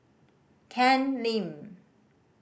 Ken Lim